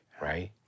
right